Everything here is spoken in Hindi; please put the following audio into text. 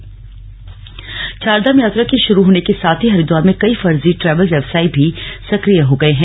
चारधाम ट्रैवल छापेमारी चारधाम यात्रा के शुरू होने के साथ ही हरिद्वार में कई फर्जी ट्रैवल व्यवसायी भी सक्रिय हो गए हैं